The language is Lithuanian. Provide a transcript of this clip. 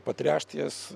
patręšti jas